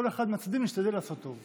כל אחד מהצדדים, נשתדל לעשות טוב.